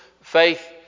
Faith